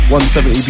170